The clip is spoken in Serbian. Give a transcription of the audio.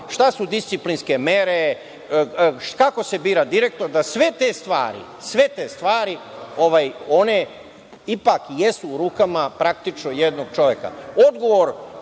šta su disciplinske mere, kako se bira direktor, da sve te stvari one ipak jesu u rukama praktično jednog čoveka.